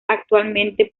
actualmente